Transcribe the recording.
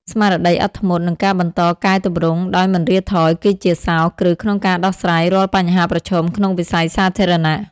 ស្មារតីអត់ធ្មត់ និងការបន្តកែទម្រង់ដោយមិនរាថយ គឺជាសោរគ្រឹះក្នុងការដោះស្រាយរាល់បញ្ហាប្រឈមក្នុងវិស័យសាធារណៈ។